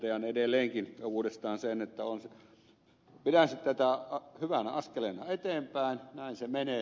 totean uudestaan sen että pidän tätä hyvänä askeleena eteenpäin näin se menee